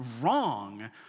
wrong